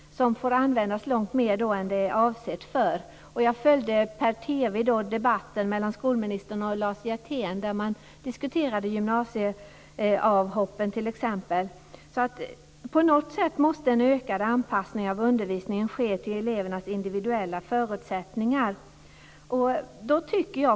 Det får användas långt mer än det är avsett. Jag följde debatten mellan skolministern och Lars Hjertén per TV. Där diskuterades t.ex. gymnasieavhoppen. På något sätt måste en ökad anpassning av undervisningen till elevernas individuella förutsättningar ske.